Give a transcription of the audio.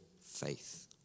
faith